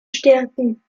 stärken